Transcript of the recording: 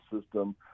system